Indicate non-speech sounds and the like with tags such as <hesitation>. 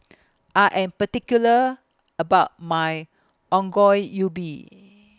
I Am particular about My Ongol Ubi <hesitation>